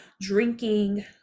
drinking